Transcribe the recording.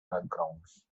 backgrounds